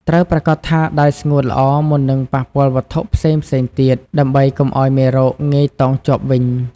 ត្រូវប្រាកដថាដៃស្ងួតល្អមុននឹងប៉ះពាល់វត្ថុផ្សេងៗទៀត ដើម្បីកុំឱ្យមេរោគងាយតោងជាប់វិញ។